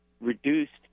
reduced